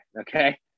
Okay